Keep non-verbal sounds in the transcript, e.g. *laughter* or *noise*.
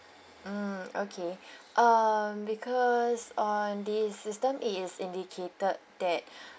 mm okay *breath* um because on the system it is indicated that *breath*